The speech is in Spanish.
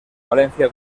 valencia